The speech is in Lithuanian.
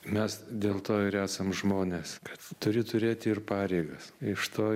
mes dėl to ir esam žmonės kad turi turėti ir pareigas iš to